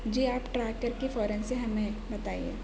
جی آپ ٹریک کر کے فوراً سے ہمیں بتائیے